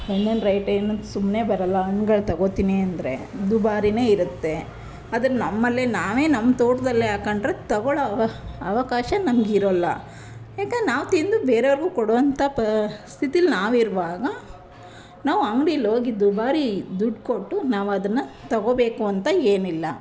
ಹಣ್ಣಿನ್ ರೇಟ್ ಏನು ಸುಮ್ಮನೆ ಬರೋಲ್ಲ ಅಂಗ್ಡಿಲಿ ತಗೊಳ್ತೀನಿ ಅಂದರೆ ದುಬಾರಿನೇ ಇರುತ್ತೆ ಆದ್ರೆ ನಮ್ಮಲ್ಲಿ ನಾವೇ ನಮ್ಮ ತೋಟದಲ್ಲೇ ಹಾಕೊಂಡ್ರೆ ತೊಗೊಳ್ಳೋ ಅವಕಾಶ ನಮಗಿರಲ್ಲ ಯಾಕಂದ್ರೆ ನಾವು ತಿಂದು ಬೇರೆಯವ್ರಿಗೂ ಕೊಡುವಂಥ ಸ್ಥಿತಿಲಿ ನಾವಿರುವಾಗ ನಾವು ಅಂಗ್ಡಿಲಿ ಹೋಗಿ ದುಬಾರಿ ದುಡ್ಡು ಕೊಟ್ಟು ನಾವದನ್ನು ತೊಗೊಳ್ಬೇಕಂತ ಏನಿಲ್ಲ